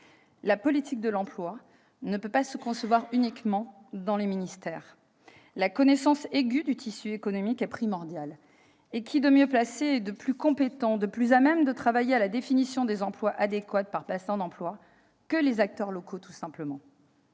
La politique de l'emploi ne peut pas se concevoir uniquement dans les ministères. Une connaissance aiguë du tissu économique est primordiale. Et qui sont les mieux placés, les plus compétents, les plus à même de travailler à la définition des emplois adéquats par bassin d'emploi que les acteurs locaux ? Il